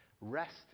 Rest